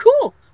cool